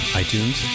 iTunes